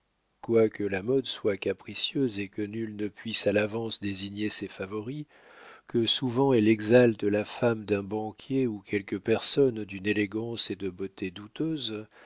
quoique la mode soit capricieuse et que nul ne puisse à l'avance désigner ses favoris que souvent elle exalte la femme d'un banquier ou quelque personne d'une élégance et de beauté douteuses